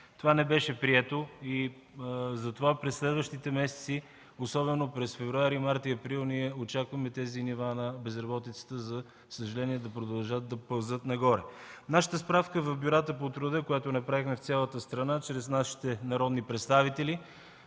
това не беше прието?! Затова през следващите месеци, особено през февруари, март и април, очакваме тези нива на безработицата, за съжаление, да продължат да пълзят нагоре. Нашата справка в бюрата по труда, която направихме в цялата страна чрез нашите народни представители,